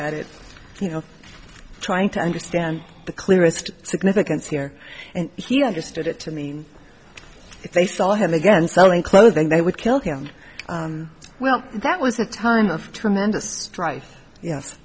at it you know trying to understand the clearest significance here and he understood it to mean if they saw him again selling clothing they would kill him well that was the turn of tremendous strife yes